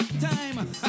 Time